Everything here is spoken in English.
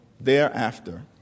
thereafter